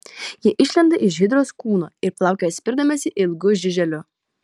jie išlenda iš hidros kūno ir plaukioja spirdamiesi ilgu žiuželiu